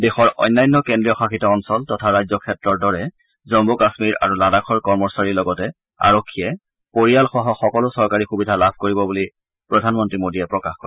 দেশৰ অন্যান্য কেন্দ্ৰীয়শাসিত অঞ্চল তথা ৰাজ্যক্ষেত্ৰৰ দৰে জন্ম কাশ্মীৰ আৰু লাডাখৰ কৰ্মচাৰীৰ লগতে আৰক্ষীয়ে পৰিয়ালসহ সকলো চৰকাৰী সুবিধা লাভ কৰিব বুলি প্ৰধানমন্ত্ৰী মোদীয়ে প্ৰকাশ কৰে